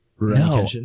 No